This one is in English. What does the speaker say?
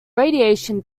radiation